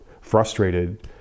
frustrated